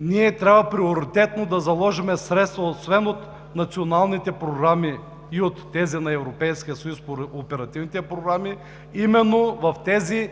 Ние трябва приоритетно да заложим средства освен от националните програми и от тези на Европейския съюз по оперативните програми, именно в тези,